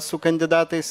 su kandidatais